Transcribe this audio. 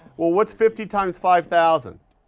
well, what's fifty times five thousand?